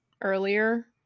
earlier